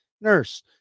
nurse